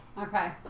Okay